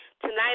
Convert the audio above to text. Tonight